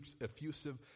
effusive